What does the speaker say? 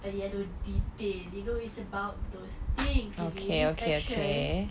a yellow detail you know it's about those things delay fashion